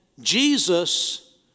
Jesus